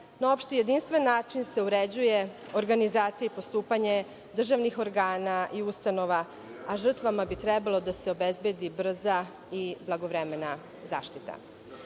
Na opšti jedinstven način se uređuje organizacija i postupanje državnih organa i ustanova, a žrtvama bi trebalo da se obezbedi brza i blagovremena zaštita. Uvažena